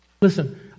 Listen